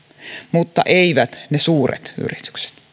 mutta eivät ne suuret yritykset